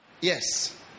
Yes